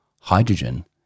Hydrogen